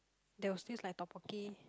there was this like tteokbokki